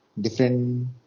different